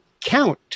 count